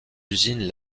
usines